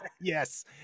Yes